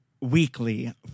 weekly